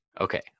Okay